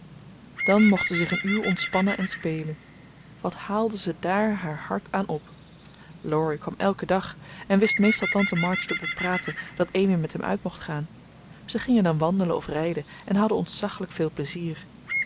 dan mocht ze zich een uur ontspannen en spelen wat haalde zij daar haar hart aan op laurie kwam elken dag en wist meestal tante march te bepraten dat amy met hem uit mocht gaan ze gingen dan wandelen of rijden en hadden ontzaglijk veel plezier